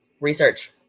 Research